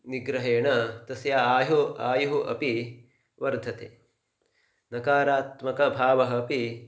निग्रहेण तस्य आयुः आयुः अपि वर्धते नकारात्मकभावः अपि